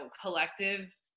collective